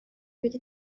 ibiri